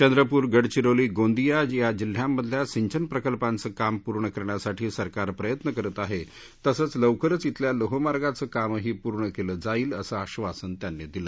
चंद्रपूर गडचिरोली गोंदिया या जिल्हांमधल्या सिंचन प्रकल्पांचं काम पूर्ण करण्यासाठी सरकार प्रयत्न करत आहा जिसंच लवकरच शिल्या लोहमार्गाचं कामही पूर्ण कळि जाईल असं आश्वासन त्यांनी दिलं